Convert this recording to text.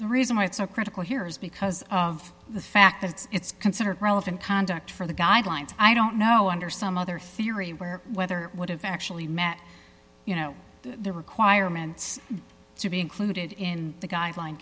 the reason why it's so critical here is because of the fact that it's considered relevant conduct for the guidelines i don't know under some other theory where whether it would have actually met you know the requirements to be included in the guideline